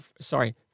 sorry